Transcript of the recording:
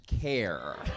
care